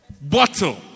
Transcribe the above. bottle